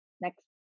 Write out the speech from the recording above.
next